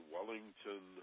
Wellington